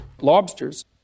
Lobsters